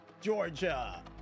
Georgia